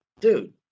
dude